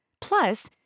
Plus